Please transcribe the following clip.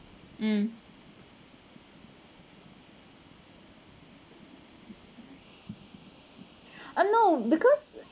um uh no because